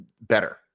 better